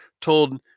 told